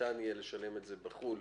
וניתן יהיה לשלם את זה בחו"ל